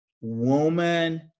woman